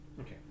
Okay